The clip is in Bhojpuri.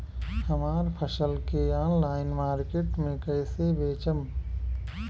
हमार फसल के ऑनलाइन मार्केट मे कैसे बेचम?